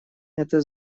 это